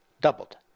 Doubled